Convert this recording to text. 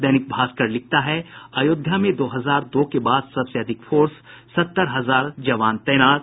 दैनिक भास्कर लिखता है अयोध्या में दो हजार दो के बाद सबसे अधिक फोर्स सत्तर हजार जवान तैनात